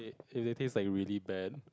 it really tastes like really bad